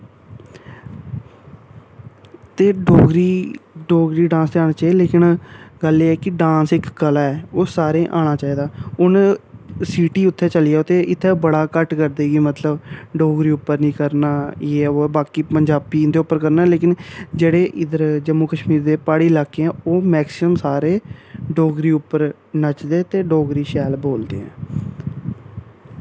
ते डोगरी डोगरी डांस ते आना चाहिदा लेकिन गल्ल एह् ऐ कि डांस इक कला ऐ ओह् सारें गी आना चाहिदा हून सिटी उत्थें चली जाओ ते इत्थें बड़ा घट्ट करदे कि मतलब डोगरी उप्पर नी करना जे ऐ वो ऐ बाकी पंजाबी इं'दे उप्पर करना लेकिन जेह्ड़े इद्धर जम्मू कश्मीर दे प्हाड़ी लाके ऐ ओह् मैक्सीमम सारे डोगरी उप्पर नचदे ते डोगरी शैल बोलदे ऐ